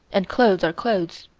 and clothes are clothes.